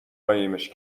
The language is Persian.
قایمش